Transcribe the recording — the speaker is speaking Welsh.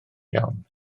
iawn